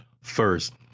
first